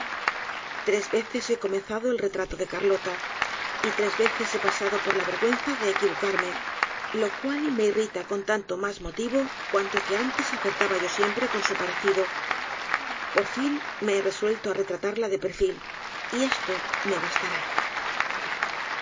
tres veces he comenzado el retrato de carlota y tres veces he pasado por la vergüenza de equivocarme lo cual me irrita con tanto mas motivo cuanto que antes acertaba yo siempre con su parecido por fin me he resuelto á retratarla de perfil y esto me bastará